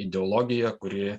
ideologija kuri